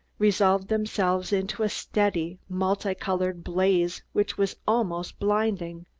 resolved themselves into a steady, multi-colored blaze which was almost blinding.